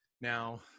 Now